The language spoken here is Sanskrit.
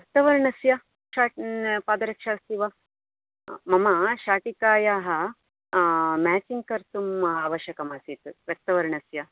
रक्तवर्णस्य पादरक्षा अस्ति वा मम शाटिकायाः माचिङ्ग् कर्तु्म् आवश्यकम् आसीत् रक्तवर्णस्य